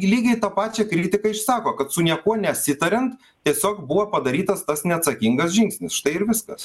lygiai tą pačią kritiką išsako kad su niekuo nesitariant tiesiog buvo padarytas tas neatsakingas žingsnis štai ir viskas